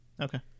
Okay